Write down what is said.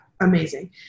Amazing